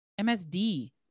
MSD